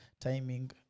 timing